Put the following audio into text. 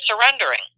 surrendering